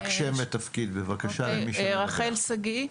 רחל שגיא,